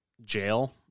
jail